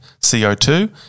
CO2